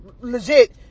legit